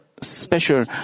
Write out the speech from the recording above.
special